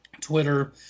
twitter